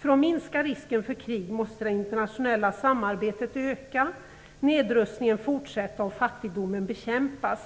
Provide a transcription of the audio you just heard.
För att minska risken för krig måste det internationella samarbetet öka, nedrustningen måste fortsätta och fattigdomen bekämpas.